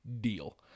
deal